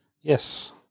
Yes